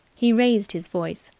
he raised his voice.